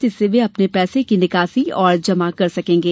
जिससे वे अपने पैसे की निकासी और जमा कर सकेंगे